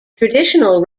traditional